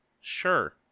Sure